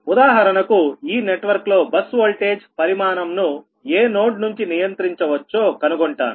ఉదాహరణకు ఈ నెట్వర్క్ లో బస్ వోల్టేజ్ పరిమాణంను ఏ నోడ్ నుంచి నియంత్రించవచ్చో కనుగొంటాను